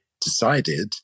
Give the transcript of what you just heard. decided